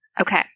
Okay